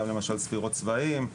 גם למשל ספירות צבאים,